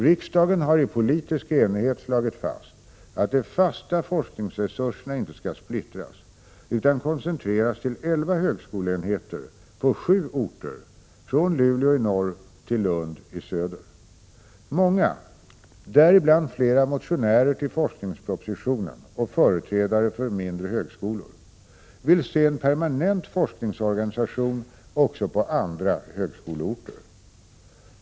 Riksdagen har i politisk enighet slagit fast att de fasta forskningsresurserna inte skall splittras utan koncentreras till elva högskoleenheter på sju orter från Luleå i norr till Lund i söder. Många — däribland flera riksdagsledamöter som väckt motioner i anledning av forskningspropositionen och företrädare för mindre högskolor — vill se en permanent forskningsorganisation också på andra högskoleorter.